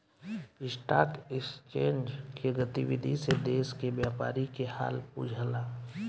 stock exchange के गतिविधि से देश के व्यापारी के हाल बुझला